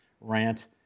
rant